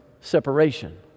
separation